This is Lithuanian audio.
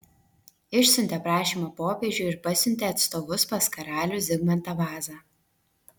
išsiuntė prašymą popiežiui ir pasiuntė atstovus pas karalių zigmantą vazą